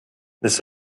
this